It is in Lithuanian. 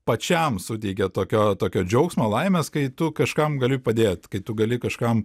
pačiam suteikia tokio tokio džiaugsmo laimės kai tu kažkam gali padėt kai tu gali kažkam